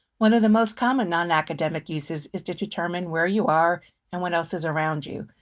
one of the most common non-academic uses is to determine where you are and what else is around you.